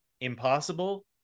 impossible